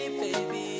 baby